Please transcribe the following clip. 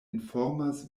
informas